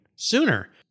sooner